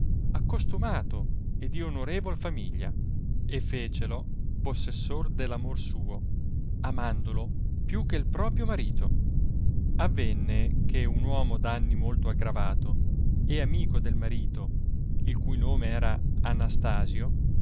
valoroso accostumato e di onorevol famiglia e fecelo possessor dell'amor suo amandolo più che proprio marito avenne che un uomo d anni molto aggravato e amico del marito il cui nome era anastasio